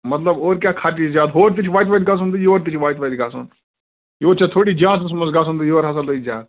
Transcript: مطلب اورٕ کیٛاہ خرچی چھِ زیادٕ ہور تہِ چھِ وَتہِ گژھُن تہِ ہور تہِ چھِ وَتہِ وَتہِ گژھُن یور چھا تھوڑی جہازَس منٛز گژھُن تہٕ یور ہسا لٔگۍ زیادٕ